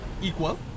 equal